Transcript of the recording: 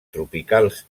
tropicals